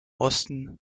osten